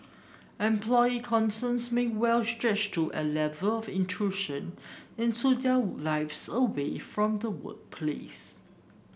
employee concerns may well stretch to A Level of intrusion into their lives away from the workplace